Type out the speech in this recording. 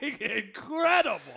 incredible